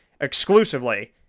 Exclusively